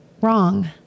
wrong